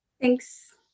Thanks